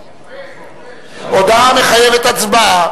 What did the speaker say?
תודה רבה.